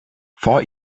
vor